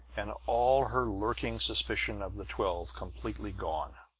and all her lurking suspicion of the twelve completely gone.